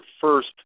first